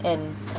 and